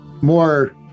more